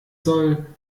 soll